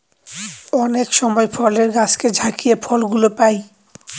অনেক সময় ফলের গাছকে ঝাকিয়ে ফল গুলো পাই